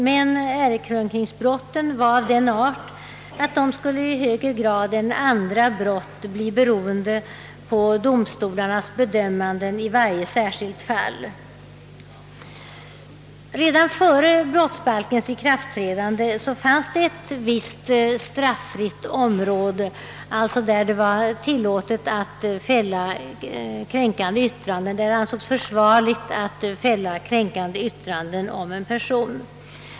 Men ärekränkningsbrotten ansågs vara av den arten att de i högre grad än andra brott borde bli beroende på domstolarnas bedömanden i varje särskilt fall. Redan före brottsbalkens ikraftträdande fanns det ett visst straffritt område, där det ansågs försvarligt att fälla kränkande yttranden om en person.